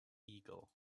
eagle